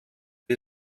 wir